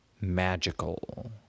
magical